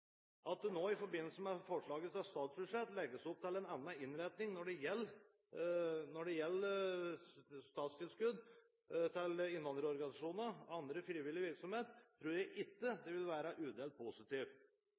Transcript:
At det nå i forbindelse med forslaget til statsbudsjett legges opp til en annen innretning når det gjelder statstilskudd til innvandrerorganisasjoner og annen frivillig virksomhet, tror jeg ikke